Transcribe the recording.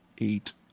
eight